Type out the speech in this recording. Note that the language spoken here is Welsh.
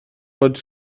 bod